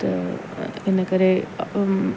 त इन करे